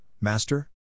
Master